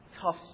tough